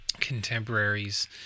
contemporaries